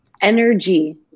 energy